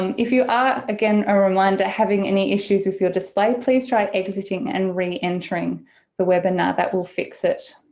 um if you are, again a reminder, having any issues with your display please try exiting and re-entering the webinar that will fix it.